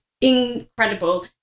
incredible